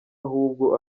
ahubwo